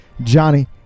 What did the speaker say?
Johnny